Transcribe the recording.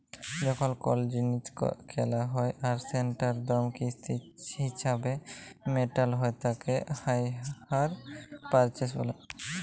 যখল কল জিলিস কেলা হ্যয় আর সেটার দাম কিস্তি হিছাবে মেটাল হ্য়য় তাকে হাইয়ার পারচেস ব্যলে